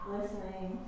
Listening